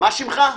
מה שמך?